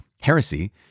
Heresy